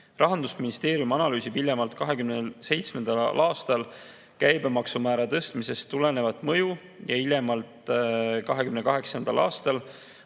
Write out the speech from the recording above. Rahandusministeerium analüüsib hiljemalt 2027. aastal käibemaksumäära tõstmisest tulenevat mõju ja hiljemalt 2028. aastal